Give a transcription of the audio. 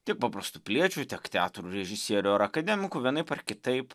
tiek paprastų piliečių tiek teatro režisierių ar akademikų vienaip ar kitaip